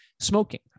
smoking